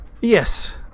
Yes